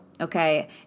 okay